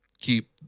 keep